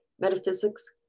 metaphysics